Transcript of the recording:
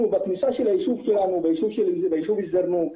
אנחנו, בכניסה של היישוב שלנו, ביישוב אל-זרנוג,